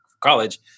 college